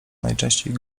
najczęściej